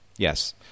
Yes